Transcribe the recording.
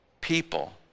people